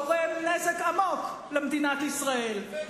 גורם נזק עמוק למדינת ישראל,